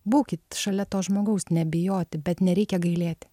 būkit šalia to žmogaus nebijoti bet nereikia gailėti